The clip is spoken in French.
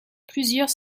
plusieurs